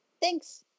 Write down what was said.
Thanks